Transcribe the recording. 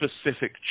specific